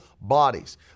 bodies